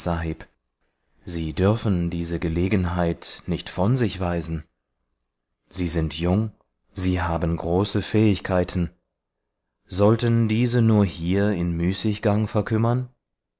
sie dürfen diese gelegenheit nicht von sich weisen sie sind jung sie haben große fähigkeiten sollten diese nur hier in müßiggang verkümmern